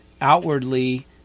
outwardly